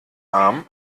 arm